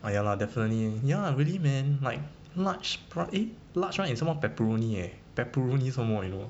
err ya lah definitely ya really man like large eh large [one] 也是有 pepperoni eh pepperoni some more you know